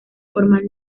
formal